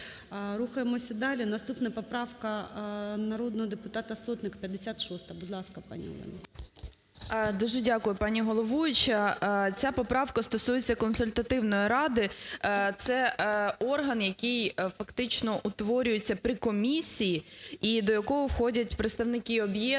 Рухаємося далі. Наступна поправка народного депутата Сотник, 56-а. Будь ласка, пані Олено. 13:48:56 СОТНИК О.С. Дуже дякую, пані головуюча. Ця поправка стосується Консультативної ради. Це орган, який фактично утворюється при комісії і до якого входять представники об'єднань,